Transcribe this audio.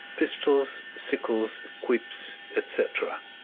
pistols, sickles, whips, etc.